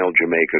Jamaica